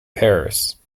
paris